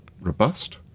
robust